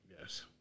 yes